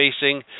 facing